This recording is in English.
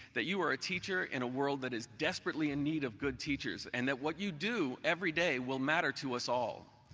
that you are a teacher in a world that is desperately in need of good teachers, and that what you do every day will matter to us all.